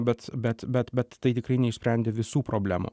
bet bet bet tai tikrai neišsprendė visų problemų